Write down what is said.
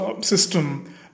system